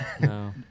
No